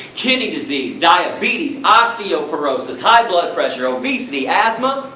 kidney disease, diabetes, osteoporosis, high blood pressure, obesity, asthma,